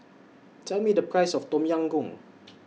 Tell Me The Price of Tom Yam Goong